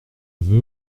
veux